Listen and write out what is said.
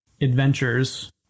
adventures